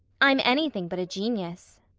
i'm anything but a genius.